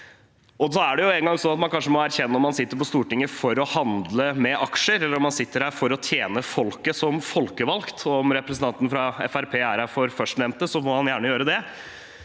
Det er nå engang sånn at man kanskje må erkjenne om man sitter på Stortinget for å handle med aksjer, eller om man sitter her for å tjene folket som folkevalgt. Om representanten fra Fremskrittspartiet er her for førstnevnte, må han gjerne være det,